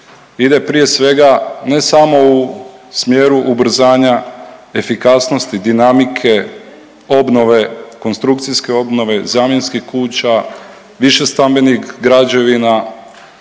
ide prije svega ne samo u smjeru ubrzanja efikasnosti, dinamike obnove, konstrukcijske obnove, zamjenskih kuća, višestambenih građevina,